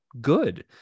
good